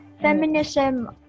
Feminism